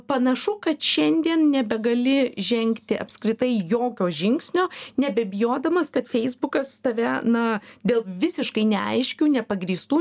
panašu kad šiandien nebegali žengti apskritai jokio žingsnio nebebijodamas kad feisbukas tave na dėl visiškai neaiškiu nepagrįstų